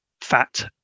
fat